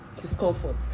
discomfort